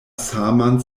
saman